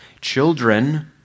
Children